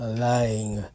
lying